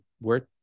worth